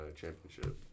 championship